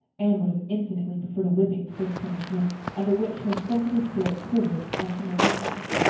anne would have infinitely preferred a whipping to this punishment under which her sensitive spirit quivered as from a whiplash.